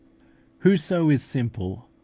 whoso is simple,